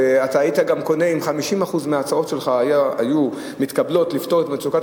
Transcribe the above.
וגם אם 50% מההצעות שלך לפתור את מצוקת